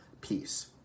peace